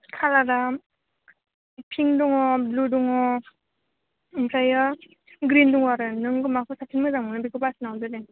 खालारा पिंक दङ ब्लु दङ ओमफ्रायो ग्रिन दङ आरो नों माखौ साबसिन मोजां मोनो बेखौ बासिनानै हरदो दे